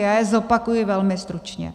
Já je zopakuji velmi stručně.